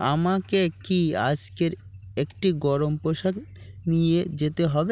আমাকে কি আজকের একটি গরম পোশাক নিয়ে যেতে হবে